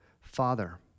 Father